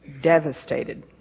devastated